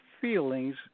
feelings